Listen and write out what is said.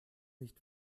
nicht